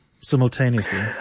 simultaneously